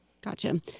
Gotcha